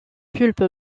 pulpe